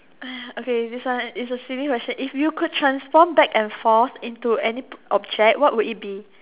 okay this one is a silly question if you could transform back and forth into any object what would it be